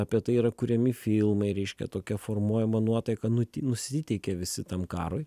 apie tai yra kuriami filmai reiškia tokia formuojama nuotaika nuti nusiteikia visi tam karui